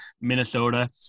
Minnesota